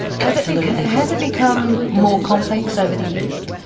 has it and has it become more complex over the years?